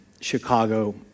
Chicago